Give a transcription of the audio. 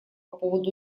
поводу